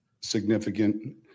significant